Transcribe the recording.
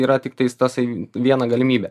yra tiktais tasai viena galimybė